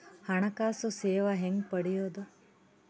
ಹಣಕಾಸು ಸೇವಾ ಹೆಂಗ ಪಡಿಯೊದ?